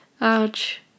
ouch